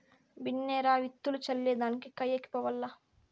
బిన్నే రా, విత్తులు చల్లే దానికి కయ్యకి పోవాల్ల